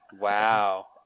Wow